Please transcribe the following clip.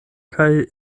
kaj